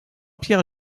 pierre